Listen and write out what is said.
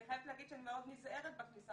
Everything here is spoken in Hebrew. אני חייבת להגיד שאני מאוד נזהרת בכניסה